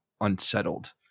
unsettled